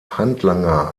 handlanger